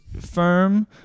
firm